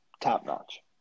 top-notch